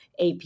AP